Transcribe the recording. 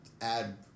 add